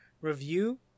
review